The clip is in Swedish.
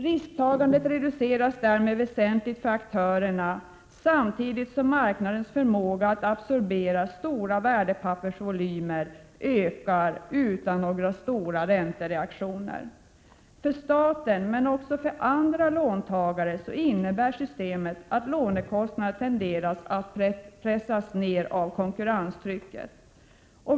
Risktagandet reduceras därmed väsentligt för aktörerna samtidigt som marknadens förmåga att absorbera stora värdepappersvolymer ökar utan några stora räntereaktioner. För staten, men också för andra låntagare, innebär systemet att lånekostnaderna tenderar att pressas ned av konkurrenstrycket.